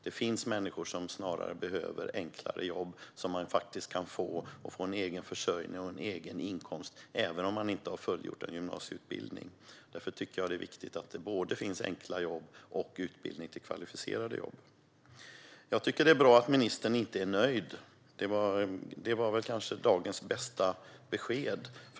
Det finns människor som snarare behöver få enkla jobb så att de kan få egen försörjning och inkomst även om de inte har fullgjort en gymnasieutbildning. Därför är det viktigt att det både finns enkla jobb och utbildning till kvalificerade jobb. Det är bra att ministern inte är nöjd. Det var dagens bästa besked.